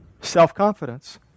Self-confidence